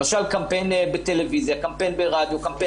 למשל, קמפיין בטלוויזיה, קמפיין ברדיו.